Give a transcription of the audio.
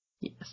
Yes